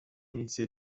inizi